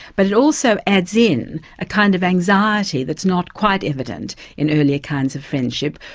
but it also adds in a kind of anxiety that's not quite evident in earlier kinds of friendship,